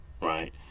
Right